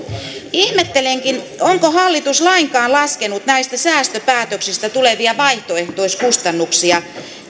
ihmettelenkin onko hallitus lainkaan laskenut näistä säästöpäätöksistä tulevia vaihtoehtoiskustannuksia